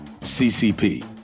ccp